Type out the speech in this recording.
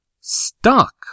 stuck